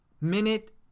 minute